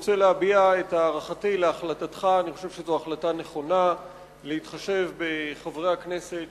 אני רוצה להביע את הערכתי להחלטתך להתחשב בחברי הכנסת